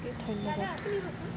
ধন্যবাদ